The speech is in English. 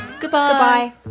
Goodbye